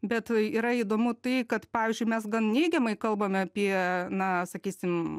bet yra įdomu tai kad pavyzdžiui mes gan neigiamai kalbame apie na sakysim